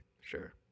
sure